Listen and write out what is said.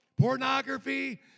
pornography